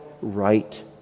right